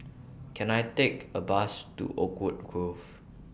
Can I Take A Bus to Oakwood Grove